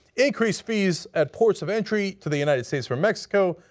increase fees at ports of entry to the united states from mexico.